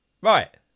Right